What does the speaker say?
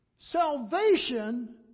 Salvation